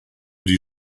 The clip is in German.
die